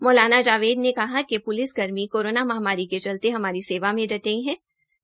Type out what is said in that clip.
मौलाना जावेद ने कहा कि प्लिसकर्मी कोरोना महामारी के चलते हमारी सेवा में डटे हये है